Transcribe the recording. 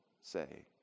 say